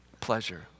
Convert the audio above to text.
Pleasure